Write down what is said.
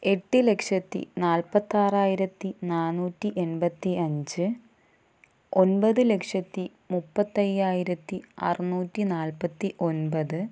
എട്ട് ലക്ഷത്തി നാൽപ്പത്തി ആറായിരത്തി നാനൂറ്റി എൺപത്തി അഞ്ച് ഒൻപത് ലക്ഷത്തി മുപ്പത്തി അയ്യായിരത്തി അറുനൂറ്റി നാൽപ്പത്തി ഒൻപത്